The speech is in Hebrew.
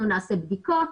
אנחנו נעשה בדיקות,